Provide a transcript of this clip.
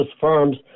firms